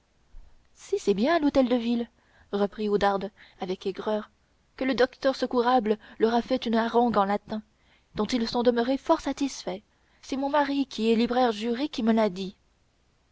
si bien à l'hôtel de ville reprit oudarde avec aigreur que le docteur scourable leur a fait une harangue en latin dont ils sont demeurés fort satisfaits c'est mon mari qui est libraire juré qui me l'a dit